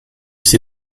sie